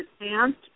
advanced